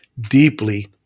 deeply